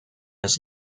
his